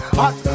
hot